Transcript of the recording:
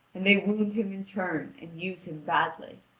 and they wound him in turn and use him badly.